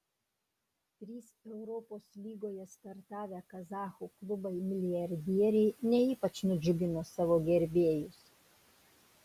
trys europos lygoje startavę kazachų klubai milijardieriai ne ypač nudžiugino savo gerbėjus